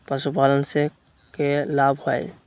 पशुपालन से के लाभ हय?